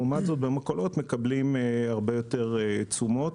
לעומת זאת במכולות מקבלים הרבה יותר תשומות.